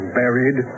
buried